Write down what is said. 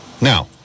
Now